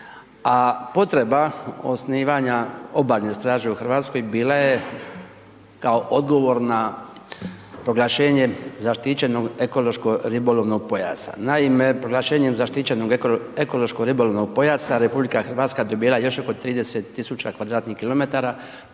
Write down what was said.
a potreba osnivanja obalne straže u RH bila je kao odgovor na proglašenje zaštićenog ekološko ribolovnog pojasa. Naime, proglašenjem zaštićenog ekološko ribolovnog pojasa RH dobila je još oko 30 000 km2